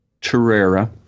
Torreira